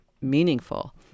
meaningful